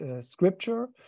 scripture